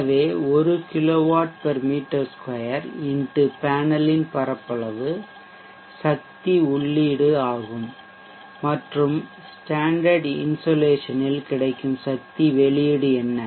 எனவே 1 kW m2 X பேனலின் பரப்பளவு சக்தி உள்ளீடு ஆகும் மற்றும் ஸ்டேண்டர்ட் இன்சோலேஷனில் கிடைக்கும் சக்தி வெளியீடு என்ன